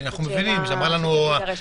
זה משהו שצריך להידרש אליו.